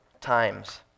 times